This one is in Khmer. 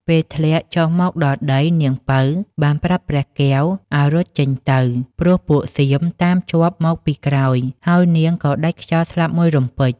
ពេលធ្លាក់ចុះមកដល់ដី នាងពៅបានប្រាប់ព្រះកែវឲ្យរត់ចេញទៅព្រោះពួកសៀមតាមជាប់មកពីក្រោយ ហើយនាងក៏ដាច់ខ្យល់ស្លាប់មួយរំពេច ។